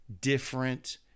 different